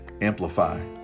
Amplify